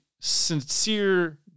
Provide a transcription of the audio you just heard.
sincere